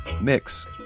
mix